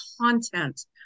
content